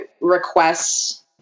requests